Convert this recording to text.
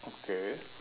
okay